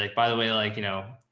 like by the way, like, you know,